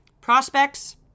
Prospects